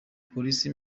polisi